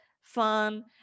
fun